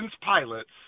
pilots